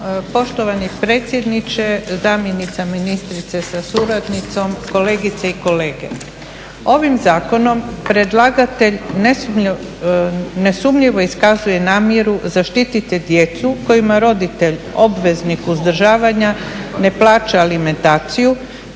Poštovani predsjedniče, zamjenica ministrice sa suradnicom, kolegice i kolege. Ovim zakonom predlagatelj nesumnjivo iskazuje namjeru zaštiti djecu kojima roditelj, obveznik uzdržavanja ne plaća alimentaciju